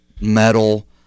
metal